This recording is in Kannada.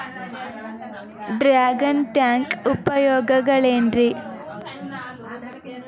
ಡ್ರ್ಯಾಗನ್ ಟ್ಯಾಂಕ್ ಉಪಯೋಗಗಳೆನ್ರಿ?